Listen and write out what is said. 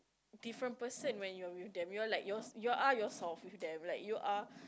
different person when you're with them you're like your your you are yourself with them like you are